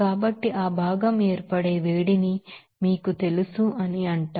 కాబట్టి ఆ భాగం ఏర్పడే వేడిని మీకు తెలుసు అని అంటారు